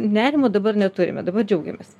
nerimo dabar neturime dabar džiaugiamės